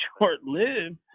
short-lived